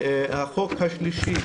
לגבי החוק השלישי,